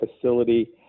facility